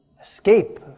Escape